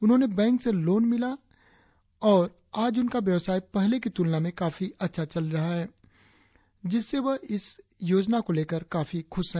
उन्हें बैंक से लोन मिला और आज उनका व्यवसाय पहले की तुलना में अच्छा चल रहा है जिससे वह इस योजना को लेकर खुश है